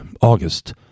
August